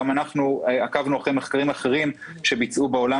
גם אנחנו עקבנו אחרי מחקרים אחרים שבוצעו בעולם